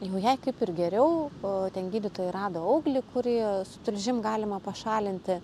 jau jai kaip ir geriau ten gydytojai rado auglį kurį su tulžim galima pašalinti